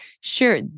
Sure